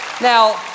Now